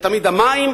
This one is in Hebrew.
ותמיד המים,